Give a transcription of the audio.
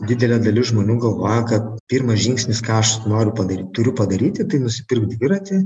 didelė dalis žmonių galvoja kad pirmas žingsnis ką aš noriu padaryt turiu padaryti tai nusipirkt dviratį